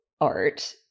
art